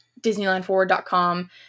DisneylandForward.com